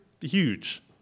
huge